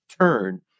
turn